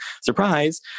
Surprise